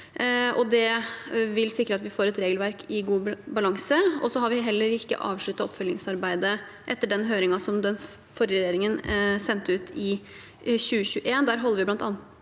det vil sikre at vi får et regelverk i god balanse. Vi har heller ikke avsluttet oppfølgingsarbeidet etter den høringen som den forrige regjeringen satte i gang i 2021.